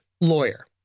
lawyer